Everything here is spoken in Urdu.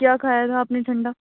کیا کھایا تھا آپ نے ٹھنڈا